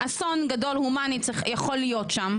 איזה הסון גדול הומנית יכול להיות שם.